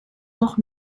noch